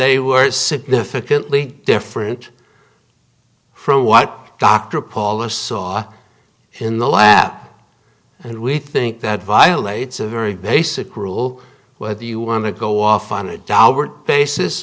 they were significantly different from what dr paula saw in the lap and we think that violates a very basic rule whether you want to go off on a